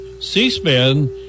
C-SPAN